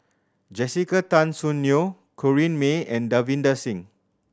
Jessica Tan Soon Neo Corrinne May and Davinder Singh